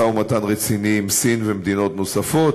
משא-ומתן רציני עם סין ומדינות נוספות.